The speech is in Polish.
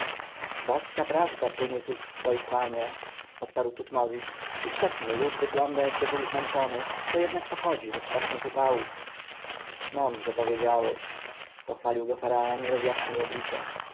boska prawda płynie z ust twoich panie odparł tutmozis istotnie lud wygląda jakby był zmęczony co jednak pochodzi ze strasznych upałów mądrze powiedziałeś pochwalił go faraon i rozjaśnił oblicze